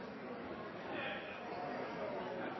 statsråd